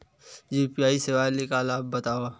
UPI सेवाएं के लाभ बतावव?